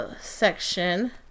section